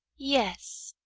yes,